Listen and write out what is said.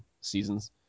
seasons